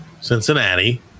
Cincinnati